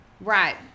Right